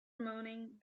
moaning